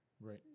right